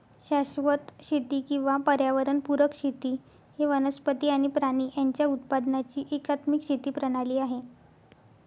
शाश्वत शेती किंवा पर्यावरण पुरक शेती ही वनस्पती आणि प्राणी यांच्या उत्पादनाची एकात्मिक शेती प्रणाली आहे